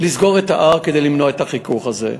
לסגור את ההר כדי למנוע את החיכוך הזה.